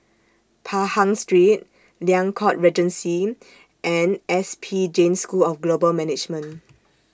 Pahang Street Liang Court Regency and S P Jain School of Global Management